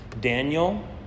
Daniel